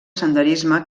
senderisme